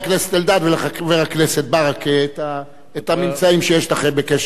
ולחבר הכנסת ברכה את הממצאים שיש לכם בקשר לזה.